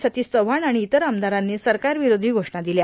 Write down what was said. सतीश चव्हाण आणि इतर आमदारांनी सरकारविरोषी घोषणा दिल्या